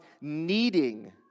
needing